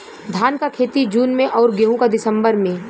धान क खेती जून में अउर गेहूँ क दिसंबर में?